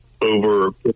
over